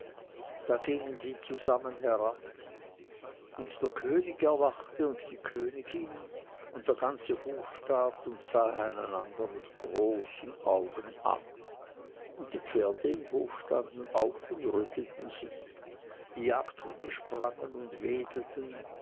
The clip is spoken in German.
da gingen sie zusammen herab und der könig erwachte und die königin und der ganze hofstaat und sahen einander mit großen augen an und die